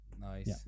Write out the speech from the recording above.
Nice